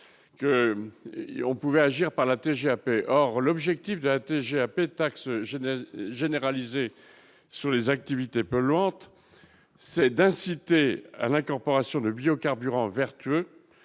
que on pouvait agir par la TGAP, or l'objectif de la TGAP, taxe générale généralisée sur les activités polluantes, c'est d'inciter à l'incorporation de biocarburants vertueuses